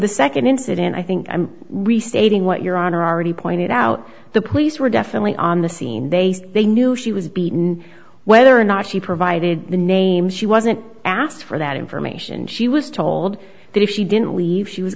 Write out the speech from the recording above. the second incident i think i'm restating what your honor are already pointed out the police were definitely on the scene they say they knew she was beaten whether or not she provided the name she wasn't asked for that information she was told that if she didn't leave she was